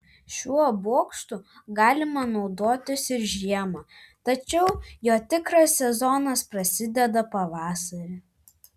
šiuo bokštu galima naudotis ir žiemą tačiau jo tikras sezonas prasideda pavasarį